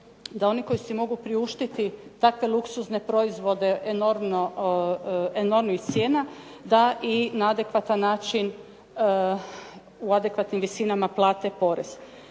da oni koji si mogu priuštiti takve luksuzne proizvode enormnih cijena, da i na adekvatni način u adekvatnim visinama plate porez.